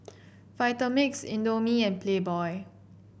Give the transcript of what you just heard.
Vitamix Indomie and Playboy